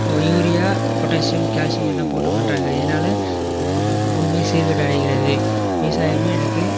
ஒரு urea potassium calcium இதெலாம் போட்டு பண்ணுறாங்க இதனால் பூமி சீர்கேடு அழிகிறது விவசாயமே இன்னைக்கு